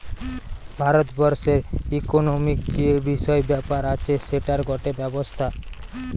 ভারত বর্ষের ইকোনোমিক্ যে বিষয় ব্যাপার আছে সেটার গটে ব্যবস্থা